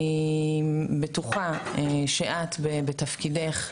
אני בטוחה שאת בתפקידך,